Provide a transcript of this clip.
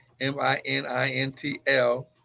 m-i-n-i-n-t-l